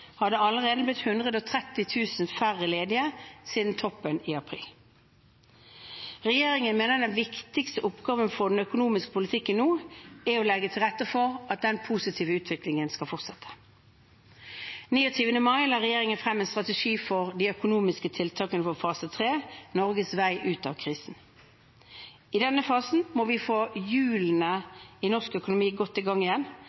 har det allerede blitt 130 000 færre ledige siden toppen i april. Regjeringen mener den viktigste oppgaven for den økonomiske politikken nå er å legge til rette for at den positive utviklingen skal fortsette. Den 29. mai la regjeringen frem en strategi for de økonomiske tiltakene for fase 3 – Norges vei ut av krisen. I denne fasen må vi få hjulene i norsk økonomi godt i gang igjen,